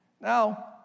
Now